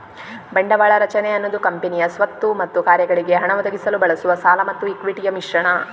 ಬಂಡವಾಳ ರಚನೆ ಅನ್ನುದು ಕಂಪನಿಯ ಸ್ವತ್ತು ಮತ್ತು ಕಾರ್ಯಗಳಿಗೆ ಹಣ ಒದಗಿಸಲು ಬಳಸುವ ಸಾಲ ಮತ್ತು ಇಕ್ವಿಟಿಯ ಮಿಶ್ರಣ